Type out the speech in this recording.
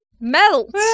Melt